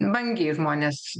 vangiai žmonės